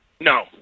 No